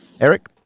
Eric